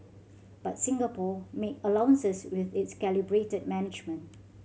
but Singapore make allowances with its calibrated management